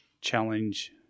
challenge